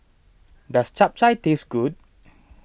does Chap Chai taste good